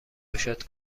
گشاد